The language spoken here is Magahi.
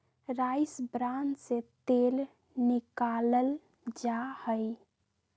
राइस ब्रान से तेल निकाल्ल जाहई